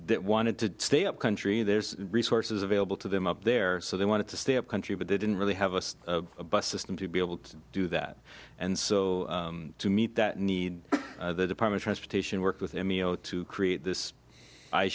that wanted to stay up country there's resources available to them up there so they wanted to stay a country but they didn't really have a bus system to be able to do that and so to meet that need the department transportation work with him you know to create this